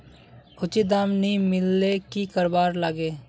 उचित दाम नि मिलले की करवार लगे?